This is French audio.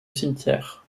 cimetière